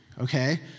okay